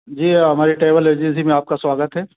जी हमारी travel agency में आपका स्वागत है